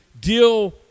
deal